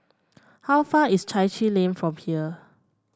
how far is Chai Chee Lane from here